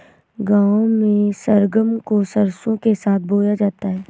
गांव में सरगम को सरसों के साथ बोया जाता है